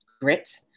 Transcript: Grit